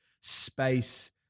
space